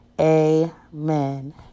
Amen